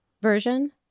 version